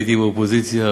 והייתי באופוזיציה,